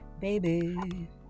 baby